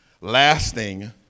lasting